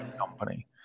company